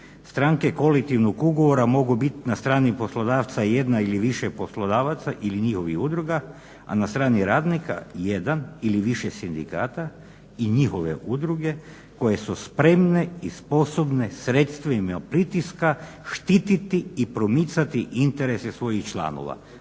"Stranke kolektivnog ugovora mogu bit na strani poslodavca, jedna ili više poslodavaca ili njihovih udruga, a na strani radnika jedan ili više sindikata, i njihove udruge koje su spremne i sposobne sredstvima pritiska štitit i promicati interese svojih članova,